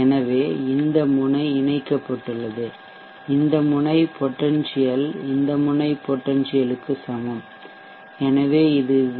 எனவே இந்த முனை இணைக்கப்பட்டுள்ளது இந்த முனை பொடென்சியல் இந்த முனை பொடென்சியல் க்கு சமம் எனவே இது வி